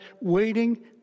waiting